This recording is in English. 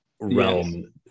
realm